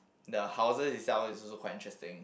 the houses itself is also quite interesting